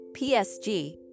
PSG